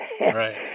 Right